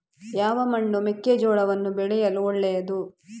ಯಾವ ಮಣ್ಣು ಮೆಕ್ಕೆಜೋಳವನ್ನು ಬೆಳೆಯಲು ಒಳ್ಳೆಯದು?